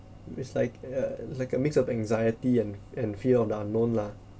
it's like uh like a mix of anxiety and and fear of the unknown lah